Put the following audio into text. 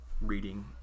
reading